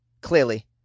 Clearly